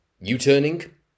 U-turning